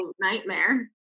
nightmare